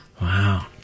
Wow